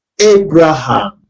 Abraham